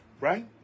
right